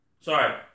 Sorry